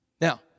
Now